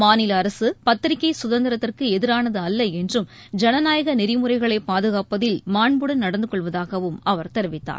மாநில அரசு பத்திரிக்கை சுதந்திரத்திற்கு எதிரானது அல்ல என்றும் ஜனநாயக நெறிமுறைகளை பாதுகாப்பதில் மாண்புடன் நடந்துகொள்வதாகவும் அவர் தெரிவித்தார்